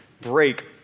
break